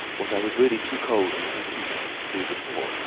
what i was really too cold and fatigued to do before,